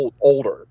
older